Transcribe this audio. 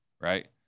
Right